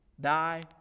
die